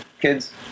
kids